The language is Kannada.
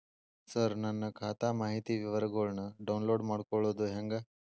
ಸರ ನನ್ನ ಖಾತಾ ಮಾಹಿತಿ ವಿವರಗೊಳ್ನ, ಡೌನ್ಲೋಡ್ ಮಾಡ್ಕೊಳೋದು ಹೆಂಗ?